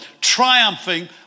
triumphing